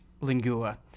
Lingua